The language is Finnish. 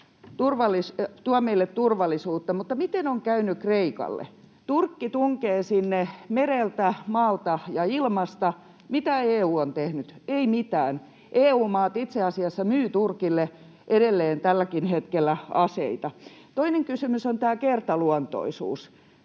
tuo meille turvallisuutta, mutta miten on käynyt Kreikalle? Turkki tunkee sinne mereltä, maalta ja ilmasta. Mitä EU on tehnyt? Ei mitään. EU-maat itse asiassa myyvät Turkille edelleen tälläkin hetkellä aseita. Toinen kysymys on tämä kertaluontoisuus.